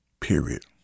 period